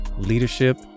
leadership